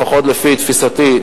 לפחות לפי תפיסתי,